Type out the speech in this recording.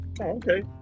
okay